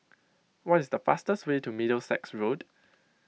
what is the fastest way to Middlesex Road